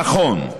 נכון,